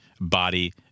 body